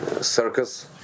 circus